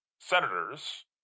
senators